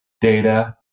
data